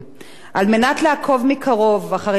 על מנת לעקוב מקרוב אחרי יישום החוק